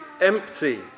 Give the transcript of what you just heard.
empty